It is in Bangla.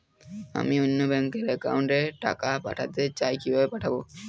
আমি অন্য ব্যাংক র অ্যাকাউন্ট এ টাকা পাঠাতে চাই কিভাবে পাঠাবো?